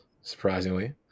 surprisingly